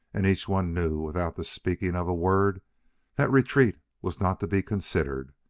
and each one knew without the speaking of a word that retreat was not to be considered.